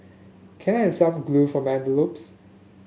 can I have some glue for my envelopes